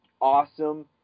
awesome